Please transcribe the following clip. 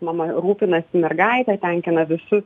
mama rūpinasi mergaite tenkina visus